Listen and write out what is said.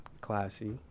classy